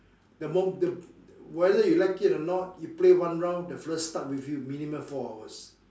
the mo~ the whether you like it or not you play one round the fella stuck with you minimum four hours